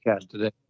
today